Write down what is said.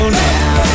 now